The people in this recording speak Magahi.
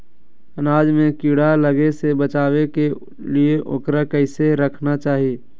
अनाज में कीड़ा लगे से बचावे के लिए, उकरा कैसे रखना चाही?